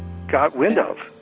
got wind of.